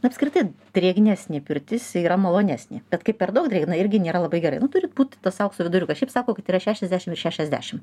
na apskritai drėgnesnė pirtis yra malonesnė bet kai per daug drėgna irgi nėra labai gerai nu turi būti tas aukso viduriukas šiaip sako kad yra šešiasdešim ir šešiasdešim